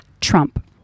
Trump